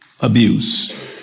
abuse